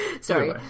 Sorry